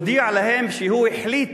הודיע להם שהוא החליט,